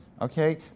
Okay